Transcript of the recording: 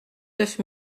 neuf